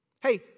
Hey